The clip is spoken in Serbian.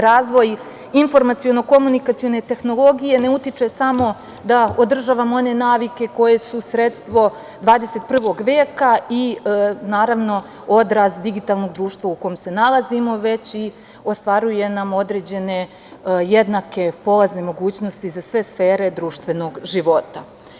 Razvoj informaciono-komunikacione tehnologije ne utiče samo da održavamo one navike koje su sredstvo 21. veka i, naravno, odraz digitalnog društva u kome se nalazimo, već i ostvaruje nam određene jednake polazne mogućnosti za sve sfere društvenog života.